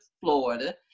Florida